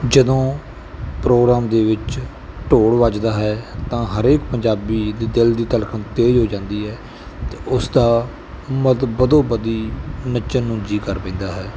ਜਦੋਂ ਪ੍ਰੋਗਰਾਮ ਦੇ ਵਿੱਚ ਢੋਲ ਵੱਜਦਾ ਹੈ ਤਾਂ ਹਰੇਕ ਪੰਜਾਬੀ ਦੇ ਦਿਲ ਦੀ ਧੜਕਨ ਤੇਜ਼ ਹੋ ਜਾਂਦੀ ਹੈ ਤੇ ਉਸ ਦਾ ਮਤ ਬਦੋ ਬਦੀ ਨੱਚਣ ਨੂੰ ਜੀ ਕਰ ਪੈਂਦਾ ਹੈ